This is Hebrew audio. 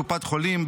קופת חולים,